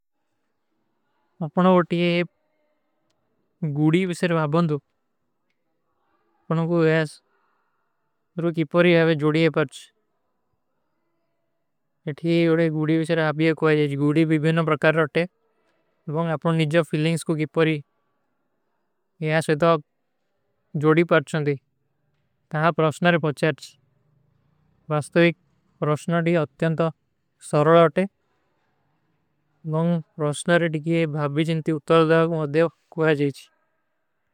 ଅପନା ଵୋ ତୀଯେ ଗୁଡୀ ଵିଶେର ଭାଵନ୍ଦୁ। ଅପନା କୋ ଵିଶେର କିପରୀ ଆଵେ ଜୋଡୀ ପରତ୍ଛ। ଇଠୀ ଗୁଡୀ ଵିଶେର ଆଭୀ ଏକ ଵାଜୀ ହୈ। ଗୁଡୀ ଭୀ ଭୀନା ପ୍ରକାର ରହତେ। ବଂଗ ଅପନୋ ନିଜା ଫିଲିଂଗସ କୋ ଗୁଡୀ ପରୀ ଯହାଁ ସେ ତୋ ଜୋଡୀ ପରତ୍ଛୂଂଦୀ। ତହାଁ ଆପ ରୋଷନାରେ ପହୁଚାର ଜୀ। ଵାସ୍ତଵିକ ରୋଷନାରୀ ଅଥ୍ଯାଂତା ସରଲ ଆଟେ। ବଂଗ ରୋଷନାରୀ ଦିକିଯେ ଭାଵୀ ଜିନତୀ ଉତର ଦାଗ ମେଂ ଅଧ୍ଯାଵ କୁଆ ଜୀଚୀ।